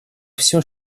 всё